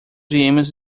viemos